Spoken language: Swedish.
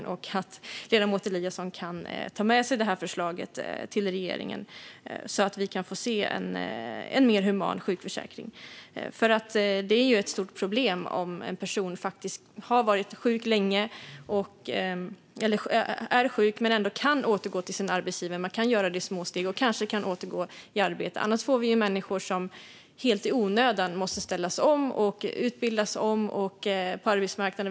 Jag hoppas också att ledamoten Eliasson kan ta med sig förslaget till regeringen så att vi kan få en mer human sjukförsäkring. Det är ett stort problem när en person har varit sjuk länge och fortfarande är sjuk men ändå kan återgå till sin arbetsgivare i små steg och kanske till slut kan återgå i arbete. Annars får vi människor som helt i onödan måste ställas om och utbildas om för arbetsmarknaden.